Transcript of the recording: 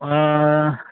ꯑꯥ